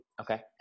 Okay